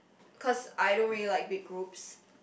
cause I don't really like big groups